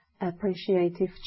Appreciative